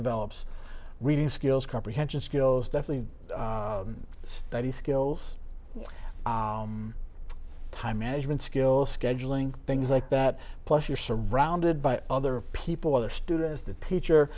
develops reading skills comprehension skills definitely study skills time management skill scheduling things like that plus you're surrounded by other people other students the teacher